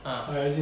uh